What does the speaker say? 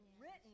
written